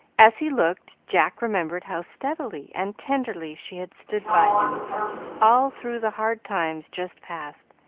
as he looked, jack remembered how steadily and tenderly she had stood by him all through the hard times just past,